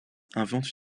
invente